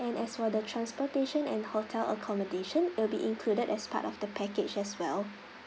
and as for the transportation and hotel accommodation it will be included as part of the package as well